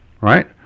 right